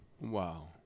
Wow